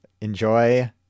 Enjoy